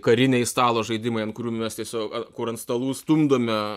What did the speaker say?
kariniai stalo žaidimai ant kurių mes tiesio kur ant stalų stumdome